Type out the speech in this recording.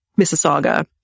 Mississauga